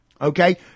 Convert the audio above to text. Okay